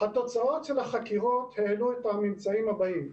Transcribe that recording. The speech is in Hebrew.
התוצאות של החקירות העלו את הממצאים הבאים: